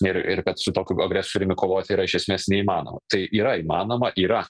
ir ir kad su tokiu agresoriumi kovoti yra iš esmės neįmanoma tai yra įmanoma yra